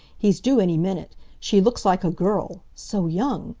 he's due any minute. she looks like a girl. so young!